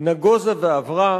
נגוזה ועברה